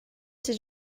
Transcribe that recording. did